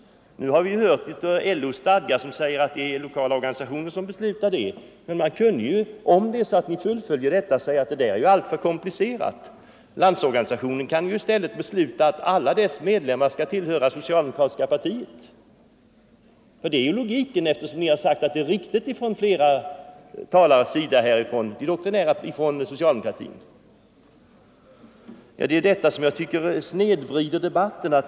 Vi har hört ur LO:s stadgar att den lokala organisationen beslutar om kollektivanslutning. Men man kunde ju lika gärna säga att detta är alltför komplicerat. Landsorganisationen kan i stället besluta att alla dess medlemmar skall tillhöra socialdemokratiska partiet. Flera talare från socialdemokratin har sagt att denna princip är riktig, och då blir detta en logisk följd. Det är detta som jag tycker snedvrider debatten.